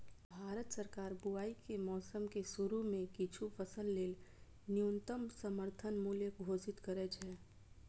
भारत सरकार बुआइ के मौसम के शुरू मे किछु फसल लेल न्यूनतम समर्थन मूल्य घोषित करै छै